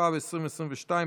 התשפ"ב 2022,